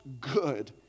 good